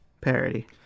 parody